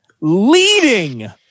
leading